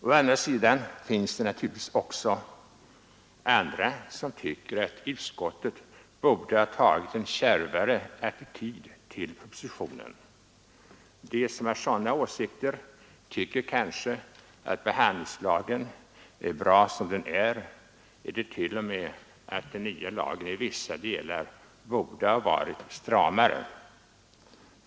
Å andra sidan finns det människor som anser att utskottet borde ha intagit en kärvare attityd till propositionen. De som har sådana åsikter tycker kanske att behandlingslagen är bra som den är eller t.o.m. att den nya lagen till vissa delar borde ha varit stramare.